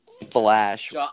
Flash